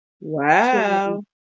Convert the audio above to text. wow